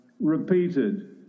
repeated